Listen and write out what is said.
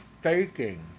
faking